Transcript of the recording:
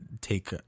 take